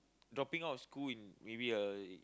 dropping out of school in maybe a